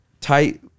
tight